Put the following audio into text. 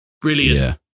brilliant